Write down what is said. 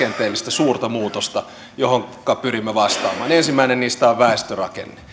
suurta rakenteellista muutosta joihinka pyrimme vastaamaan ensimmäinen niistä on väestörakenne